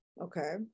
Okay